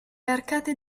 arcate